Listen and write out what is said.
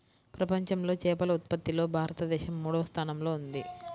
ప్రపంచంలో చేపల ఉత్పత్తిలో భారతదేశం మూడవ స్థానంలో ఉంది